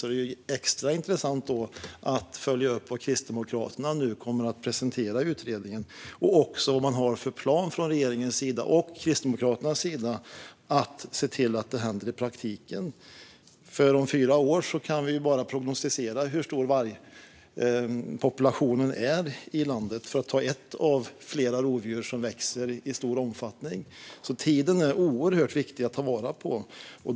Det är då extra intressant att följa upp vad Kristdemokraterna nu kommer att presentera i utredningen. Det handlar också om vad man har för plan från regeringens och Kristdemokraternas sida för att se till att det händer i praktiken. Vi kan bara prognosticera hur stor vargpopulationen är i landet om fyra år, för att ta ett av flera rovdjur vilkas antal växer i stor omfattning. Det är oerhört viktigt att ta vara på tiden.